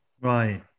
Right